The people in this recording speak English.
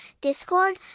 Discord